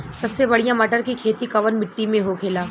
सबसे बढ़ियां मटर की खेती कवन मिट्टी में होखेला?